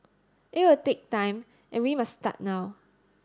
it will take time and we must start now